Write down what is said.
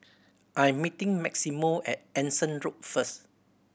I'm meeting Maximo at Anson Road first